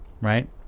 right